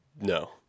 No